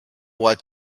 what